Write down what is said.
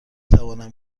توانم